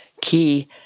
key